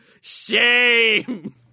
shame